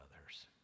others